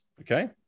Okay